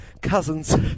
cousins